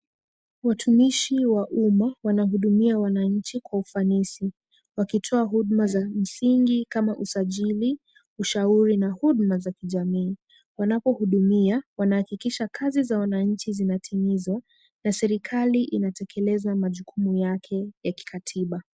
Watumishi wa umma wanahudumia wananchi kwa ufanisi, wakitoa huduma za msingi kama usajili, ushauri na huduma za kijamii, wanapohudumia wanahakikisha kazi za wananchi zinatimizwa na serikali inatekeleza majukumu yake ya kikatiba.